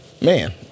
man